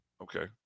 Okay